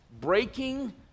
breaking